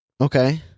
Okay